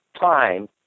time